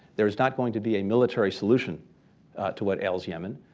there is not going to be a military solution to what ails yemen.